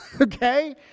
Okay